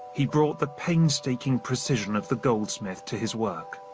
he brought the painstaking precision of the goldsmith to his work.